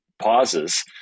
pauses